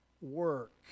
work